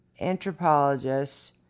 Anthropologists